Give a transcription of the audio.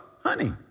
honey